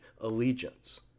allegiance